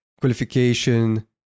qualification